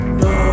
no